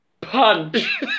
Punch